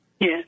Yes